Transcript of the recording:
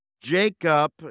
Jacob